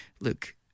look